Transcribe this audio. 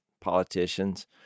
politicians